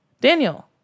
Daniel